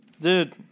Dude